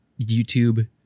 YouTube